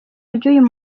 ry’uyu